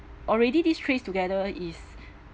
already these trace together is